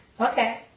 okay